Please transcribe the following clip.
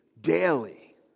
daily